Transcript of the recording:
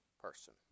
person